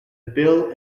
bill